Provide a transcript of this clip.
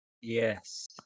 Yes